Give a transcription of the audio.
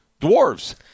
dwarves